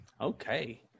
Okay